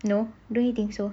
no don't you think so